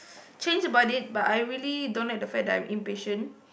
change about it but I really don't like the fact that I'm impatient